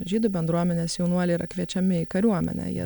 žydų bendruomenės jaunuoliai yra kviečiami į kariuomenę jie